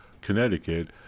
Connecticut